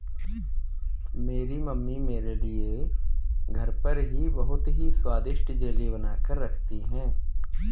मेरी मम्मी मेरे लिए घर पर ही बहुत ही स्वादिष्ट जेली बनाकर रखती है